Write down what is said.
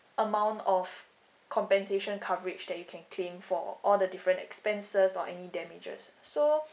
amount of compensation coverage that you can claim for all the different expenses or any damages so